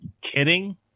Kidding